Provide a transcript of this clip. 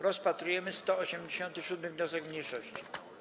Rozpatrujemy 187. wniosek mniejszości.